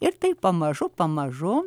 ir taip pamažu pamažu